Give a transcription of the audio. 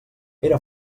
era